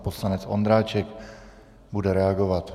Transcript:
Poslanec Ondráček bude reagovat.